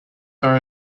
are